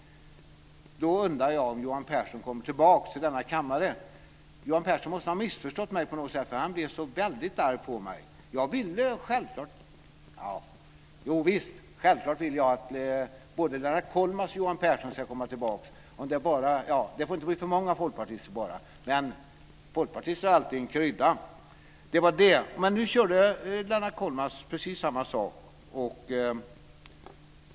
Då undrade jag om Johan Pehrson skulle komma tillbaka till denna kammare. Johan Pehrson måste ha missförstått mig, för han blev så väldigt arg på mig. Jovisst, självklart vill jag att både Lennart Kollmats och Johan Pehrson ska komma tillbaka! Det får bara inte bli för många folkpartister, men folkpartister är alltid en krydda! Nu använde sig Lennart Kollmats av precis samma argument.